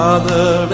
Father